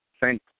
thank